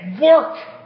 work